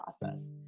process